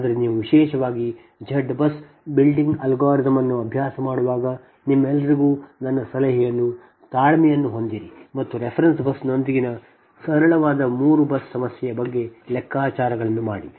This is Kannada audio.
ಆದರೆ ನೀವು ಇದನ್ನು ವಿಶೇಷವಾಗಿ Z BUS ಬಿಲ್ಡಿಂಗ್ ಅಲ್ಗಾರಿದಮ್ ಅನ್ನು ಅಭ್ಯಾಸ ಮಾಡುವಾಗ ನಿಮ್ಮೆಲ್ಲರಿಗೂ ನನ್ನ ಸಲಹೆಯು ತಾಳ್ಮೆಯನ್ನು ಹೊಂದಿರಿ ಮತ್ತು ರೆಫರೆನ್ಸ್ ಬಸ್ನೊಂದಿಗಿನ ಸರಳವಾದ 3 ಬಸ್ ಸಮಸ್ಯೆಯ ಬಗ್ಗೆ ಲೆಕ್ಕಾಚಾರಗಳನ್ನು ಮಾಡಿ